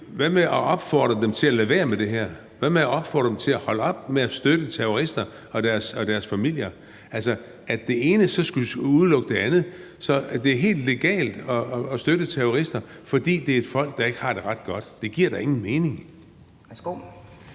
Hvad med at opfordre dem til at lade være med det her? Hvad med at opfordre dem til at holde op med at støtte terrorister og deres familier? Altså, når det ene så ikke skulle udelukke det andet, er det helt legalt at støtte terrorister, fordi det er et folk, der ikke har det ret godt. Det giver da ingen mening.